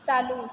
चालू